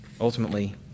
Ultimately